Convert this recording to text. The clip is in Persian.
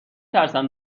ترسم